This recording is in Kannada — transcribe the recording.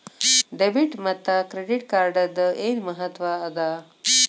ಡೆಬಿಟ್ ಮತ್ತ ಕ್ರೆಡಿಟ್ ಕಾರ್ಡದ್ ಏನ್ ಮಹತ್ವ ಅದ?